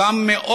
אותם מרכזי חוסן,